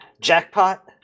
jackpot